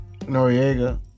Noriega